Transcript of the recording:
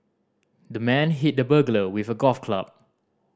the man hit the burglar with a golf club